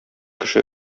кеше